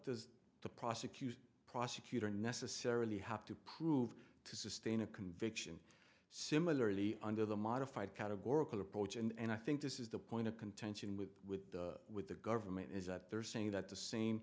does the prosecution prosecutor necessarily have to prove to sustain a conviction similarly under the modified categorical approach and i think this is the point of contention with with with the government is that they're saying that the same